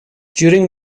during